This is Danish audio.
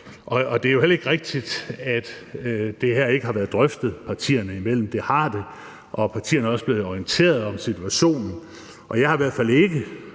sag. Det er jo heller ikke rigtigt, at det her ikke har været drøftet partierne imellem – det har det – og partierne er også blevet orienteret om situationen. Jeg har i hvert fald ikke